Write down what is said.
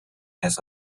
has